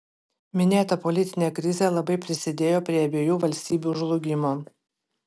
minėta politinė krizė labai prisidėjo prie abiejų valstybių žlugimo